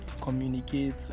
communicate